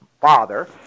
father